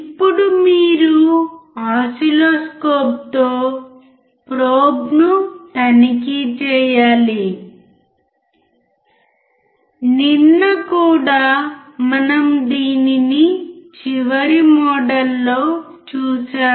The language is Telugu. ఇప్పుడు మీరు ఒస్సిల్లోస్కోప్తో ప్రోబ్ను తనిఖీ చేయాలి నిన్న కూడా మనము దీనిని చివరి మోడల్లో చూశాము